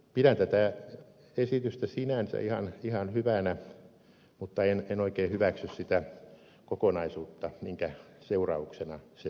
pidän tätä esitystä sinänsä ihan hyvänä mutta en oikein hyväksy sitä kokonaisuutta jonka seurauksena se tuli